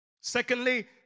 secondly